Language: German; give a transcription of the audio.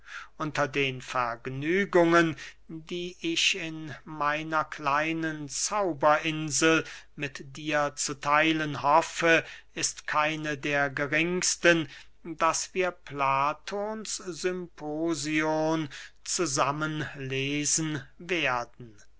unter den vergnügungen die ich in meiner kleinen zauberinsel mit dir zu theilen hoffe ist keine der geringsten daß wir platons symposion zusammen lesen werden